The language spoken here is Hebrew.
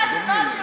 מה אתה מדבר?